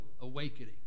awakening